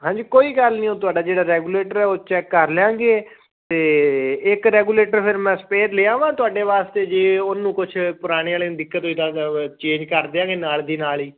ਹਾਂਜੀ ਕੋਈ ਗੱਲ ਨਹੀਂ ਤੁਹਾਡਾ ਜਿਹੜਾ ਰੈਗੂਲੇਟਰ ਹੈ ਉਹ ਚੈੱਕ ਕਰ ਲਵਾਂਗੇ ਅਤੇ ਇੱਕ ਰੈਗੂਲੇਟਰ ਫਿਰ ਮੈਂ ਸਪੇਅਰ ਲਿਆਵਾਂ ਤੁਹਾਡੇ ਵਾਸਤੇ ਜੇ ਉਹਨੂੰ ਕੁਛ ਪੁਰਾਣੇ ਵਾਲੇ ਦਿੱਕਤ ਇੱਦਾਂ ਚੇਂਜ ਕਰ ਦਿਆਂਗੇ ਨਾਲ ਦੀ ਨਾਲ ਹੀ